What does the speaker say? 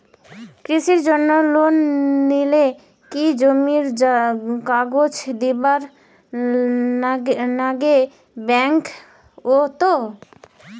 কৃষির জন্যে লোন নিলে কি জমির কাগজ দিবার নাগে ব্যাংক ওত?